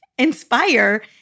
inspire